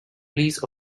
release